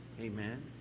Amen